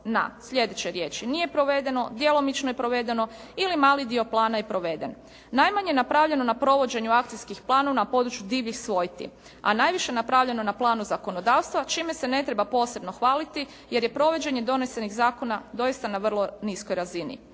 na sljedeće riječi: nije provedeno, djelomično je provedeno ili mali dio plana je proveden. Najmanje je napravljeno na provođenju akcijskih plana na području divljih svojti. A najviše je napravljeno na planu zakonodavstva čime se ne treba posebno hvaliti jer je provođenje donesenih zakona doista na vrlo niskoj razini.